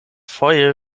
foje